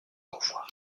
convoi